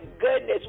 goodness